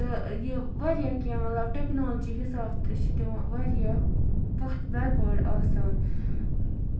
تہٕ یہِ واریاہ کینٛہہ مَطلَب ٹیٚکنالجی حِساب تہِ چھِ تِم واریاہ پتھ بیکوٲڑ آسان